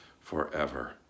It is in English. forever